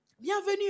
Bienvenue